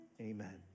amen